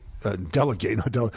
Delegate